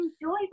enjoy